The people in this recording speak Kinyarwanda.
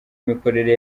imikorere